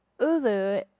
Ulu